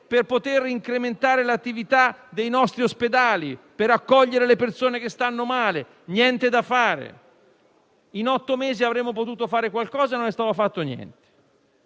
per poter incrementare l'attività dei nostri ospedali, per accogliere le persone che stanno male. Niente da fare. In otto mesi avremmo potuto fare qualcosa, ma non è stato fatto niente.